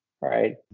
right